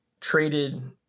traded